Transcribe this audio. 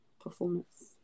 performance